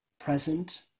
present